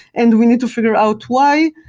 and we need to figure out why.